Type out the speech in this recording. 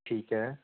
ਠੀਕ ਐ